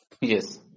Yes